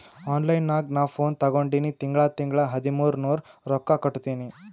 online ನಾಗ್ ನಾ phone ತಗೊಂಡಿನಿ ತಿಂಗಳಾ ತಿಂಗಳಾ ಹದಿಮೂರ್ ನೂರ್ ರೊಕ್ಕಾ ಕಟ್ಟತ್ತಿನಿ